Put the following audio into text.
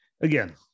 again